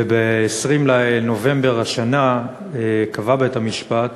ב-20 בנובמבר השנה קבע בית-המשפט